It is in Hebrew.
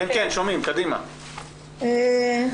מסל"ן.